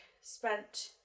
spent